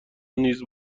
نیز